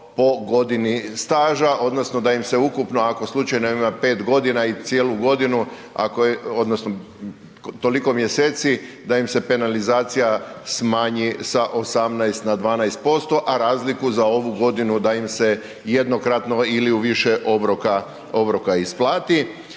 po godini staža odnosno da im se ukupno ako slučajno imaju 5 g. i cijelu godinu ako je, odnosno toliko mjeseci, da im se penalizacija smanji sa 18 na 12% a razliku za ovu godinu da im se jednokratno ili u više obroka i treći